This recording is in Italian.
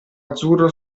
azzurro